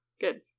Good